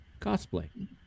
cosplay